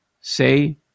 say